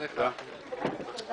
הישיבה ננעלה בשעה 10:59.